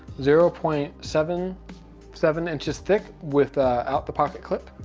zero point seven seven inches thick without the pocket clip,